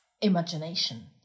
imagination